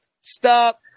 stop